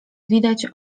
widać